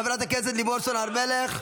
חברת הכנסת לימור סון הר מלך,